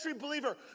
believer